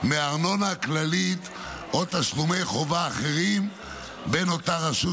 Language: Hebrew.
מארנונה כללית או תשלומי חובה האחרים בין אותה רשות